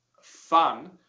fun